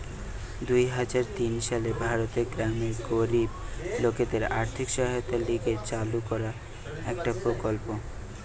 দুই হাজার তিন সালে ভারতের গ্রামের গরিব লোকদের আর্থিক সহায়তার লিগে চালু কইরা একটো প্রকল্প